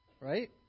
Right